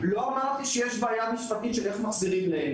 אמרתי שיש בעיה משפטית איך מחזירים להם.